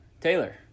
Taylor